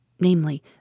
namely